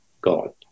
God